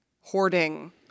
hoarding